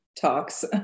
talks